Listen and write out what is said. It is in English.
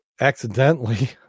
accidentally